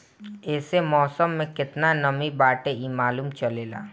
एसे मौसम में केतना नमी बाटे इ मालूम चलेला